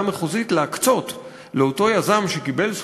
המחוזית להקצות לאותו יזם שקיבל זכויות,